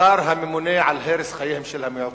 השר הממונה על הרס חייהם של המיעוטים.